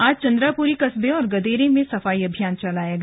आज चन्द्रापुरी कस्बे और गदरे में सफाई अभियान चलाया गया